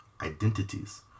identities